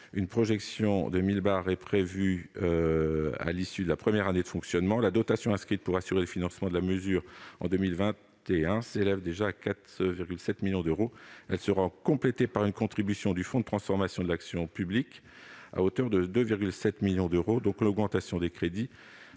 Une projection de 1 000 BAR est prévue à l'issue de la première année de fonctionnement. La dotation prévue pour assurer le financement de la mesure s'élève à 4,7 millions d'euros en 2021. Elle sera complétée par une contribution du fonds pour la transformation de l'action publique à hauteur de 2,7 millions d'euros. L'augmentation des crédits